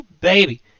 baby